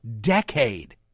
decade